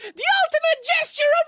the ultimate gesture of